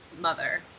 mother